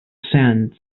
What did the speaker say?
sands